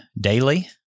daily